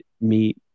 meet